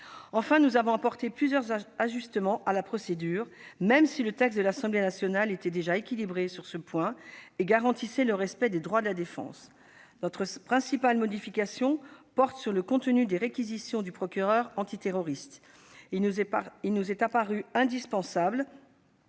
Enfin, nous avons apporté plusieurs ajustements à la procédure, même si le texte de l'Assemblée nationale était déjà équilibré sur ce point et garantissait le respect des droits de la défense. Notre principale modification porte sur le contenu des réquisitions du procureur antiterroriste. Il nous est apparu indispensable